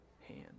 hand